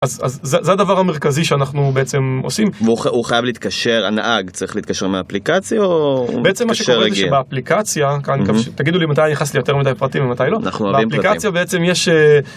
אז זה הדבר המרכזי שאנחנו בעצם עושים הוא חייב להתקשר הנהג צריך להתקשר מהאפליקציה או בעצם באפליקציה תגידו לי מתי אני נכנס ליותר מדי פרטים ומתי לא, באפליקציה יש